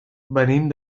venim